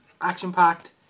action-packed